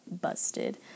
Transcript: busted